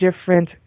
different